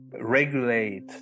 regulate